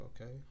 okay